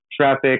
traffic